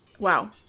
Wow